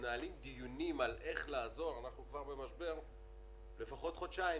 מנהלים דיונים על איך לעזור אנחנו כבר במשבר לפחות חודשיים,